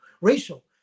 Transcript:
racial